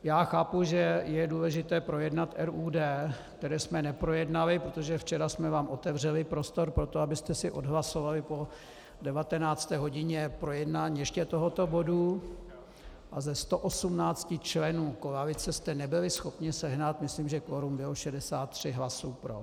Já chápu, že je důležité projednat RUD, které jsme neprojednali, protože včera jsme vám otevřeli prostor pro to, abyste si odhlasovali po 19. hodině projednání ještě tohoto bodu, a ze 118 členů koalice jste nebyli schopni sehnat, myslím, že kvorum bylo 63 hlasů pro.